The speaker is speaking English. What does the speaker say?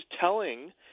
telling